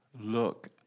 look